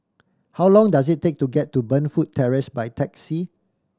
how long does it take to get to Burnfoot Terrace by taxi